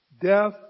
death